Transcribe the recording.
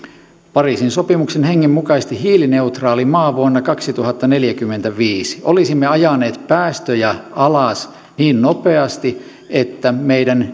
pariisin sopimuksen hengen mukaisesti hiilineutraali maa vuonna kaksituhattaneljäkymmentäviisi olisimme ajaneet päästöjä alas niin nopeasti että meidän